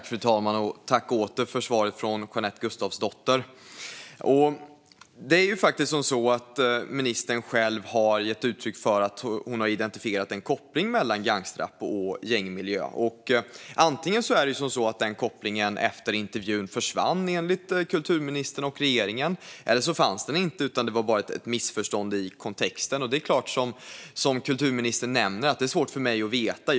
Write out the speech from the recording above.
Fru talman! Tack, återigen, för svaret från Jeanette Gustafsdotter! Ministern har faktiskt själv givit uttryck för att hon har identifierat en koppling mellan gangsterrap och gängmiljö. Antingen försvann den kopplingen efter intervjun, enligt kulturministern och regeringen. Eller så fanns den inte, utan det var bara ett missförstånd i kontexten. Som kulturministern nämner är det svårt för mig att veta.